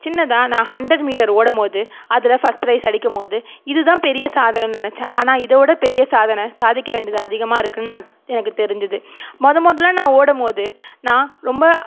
சின்னதாக நான் hundred metre ஓடும் போது அதில் ஃபர்ஸ்ட் ப்ரைஸ் அடிக்கும்போது இதுதான் பெரிய சாதனைன்னு நினச்சேன் ஆனால் இதோடய பெரிய சாதனை சாதிக்க வேண்டியது அதிகமாக இருக்குதுன்னு நான் எனக்கு தெரிஞ்சது மொதல் மொதலில் நான் ஓடும் போது நான் ரொம்ப